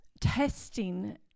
testing